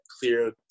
clear